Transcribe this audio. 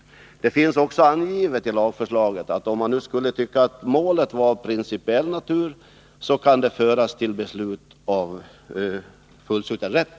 I lagförslaget finns också angivet att om man skulle tycka att målet är av principiell natur kan det föras till beslut av fullsutten rätt.